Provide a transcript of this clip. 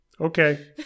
okay